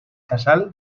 casal